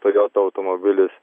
toyota automobilis